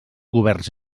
governs